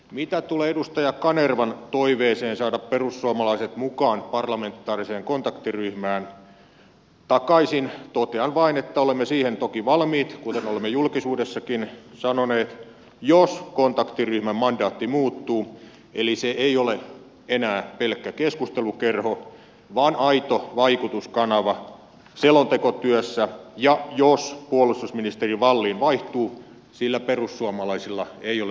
mitä tulee edustaja kanervan toiveeseen saada perussuomalaiset mukaan parlamentaariseen kontaktiryhmään takaisin totean vain että olemme siihen toki valmiit kuten olemme julkisuudessakin sanoneet jos kontaktiryhmän mandaatti muuttuu eli se ei ole enää pelkkä keskustelukerho vaan aito vaikutuskanava selontekotyössä ja jos puolustusministeri wallin vaihtuu sillä perussuomalaisilla ei ole luottamusta häneen